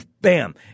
bam